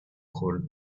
cold